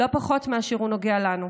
לא פחות מאשר הוא נוגע לנו.